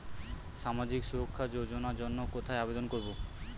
সামাজিক সুরক্ষা যোজনার জন্য কোথায় আবেদন করব?